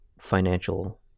financial